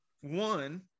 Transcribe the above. one